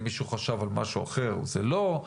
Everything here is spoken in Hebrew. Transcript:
אם מישהו חשב על משהו אחר אז זה לא.